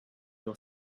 your